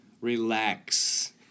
relax